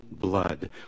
blood